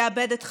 יאבד את חייו.